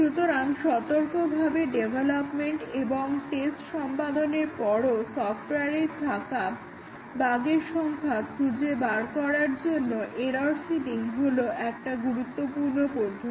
সুতরাং সতর্কভাবে ডেভেলপমেন্ট এবং টেস্ট সম্পাদনের পরও সফটওয়ারে পড়া থাকা বাগের সংখ্যা খুঁজে বার করার জন্য এরর্ সিডিং হলো একটি গুরুত্বপূর্ণ পদ্ধতি